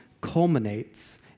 culminates